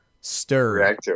stir